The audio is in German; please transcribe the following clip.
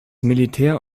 militär